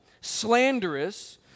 slanderous